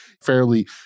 fairly